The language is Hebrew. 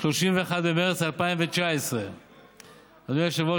31 במרס 2019. אדוני היושב-ראש,